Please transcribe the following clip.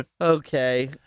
Okay